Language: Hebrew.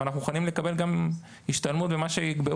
אבל אנחנו מוכנים לקבל גם השתלמות ומה שיקבעו.